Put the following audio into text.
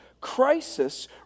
Crisis